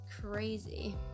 crazy